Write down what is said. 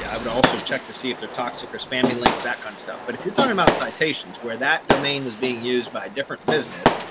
i would also check to see if they're toxic or spammy links, that kind of stuff. but if you're talking about citations, where that domain was being used by different business,